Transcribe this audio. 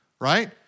Right